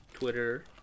Twitter